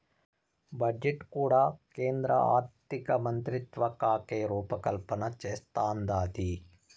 budget కూడా కేంద్ర ఆర్థికమంత్రిత్వకాకే రూపకల్పన చేస్తందాది